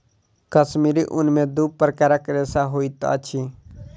कश्मीरी ऊन में दू प्रकारक रेशा होइत अछि